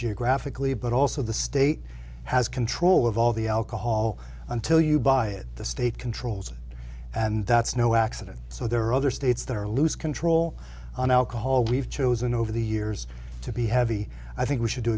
geographically but also the state has control of all the alcohol until you buy it the state controls and that's no accident so there are other states that are lose control on alcohol we've chosen over the years to be heavy i think we should do